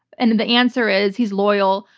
and and the answer is he's loyal,